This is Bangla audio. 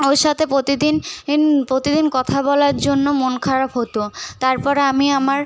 ওর সাথে প্রতিদিন ইন প্রতিদিন কথা বলার জন্য মন খারাপ হতো তারপরে আমি আমার